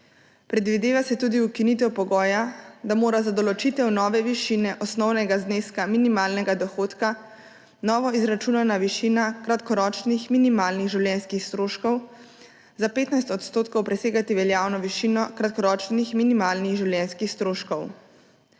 Predvideva se tudi ukinitev pogoja, da mora za določitev nove višine osnovnega zneska minimalnega dohodka novo izračunana višina kratkoročnih minimalnih življenjskih stroškov za 15 % presegati veljavno višino kratkoročnih minimalnih življenjskih stroškov.